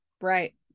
right